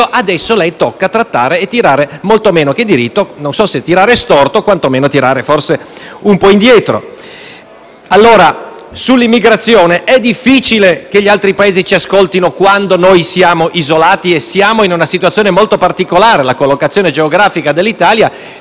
adesso le tocca trattare e tirare molto meno che dritto (non so se storto, ma quanto meno un po' indietro). Sul tema dell'immigrazione è difficile che gli altri Paesi ci ascoltino visto che siamo isolati e ci troviamo in una situazione molto particolare. La collocazione geografica dell'Itala